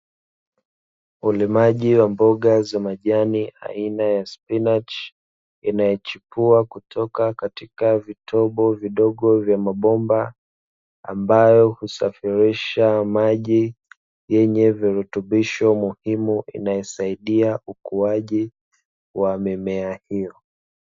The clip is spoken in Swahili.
Ulimaji wa mboga za majani aina ya spinachi, inayochipua kutoka kwenye vitobo vidogo vya mabomba ambayo husafirisha maji yenye virutubisho muhimu inaesaidia ukuaji wa mimea hiyo.